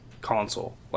console